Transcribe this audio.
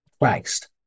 Christ